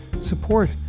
support